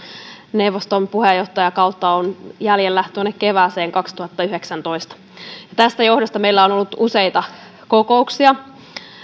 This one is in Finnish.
neuvoston puheenjohtajakautta on jäljellä tuonne kevääseen kaksituhattayhdeksäntoista tämän johdosta meillä on ollut useita kokouksia